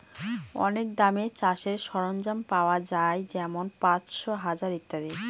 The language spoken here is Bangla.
অনেক দামে চাষের সরঞ্জাম পাওয়া যাই যেমন পাঁচশো, হাজার ইত্যাদি